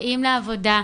באים לעבודה,